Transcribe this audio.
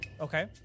Okay